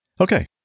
Okay